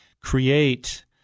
create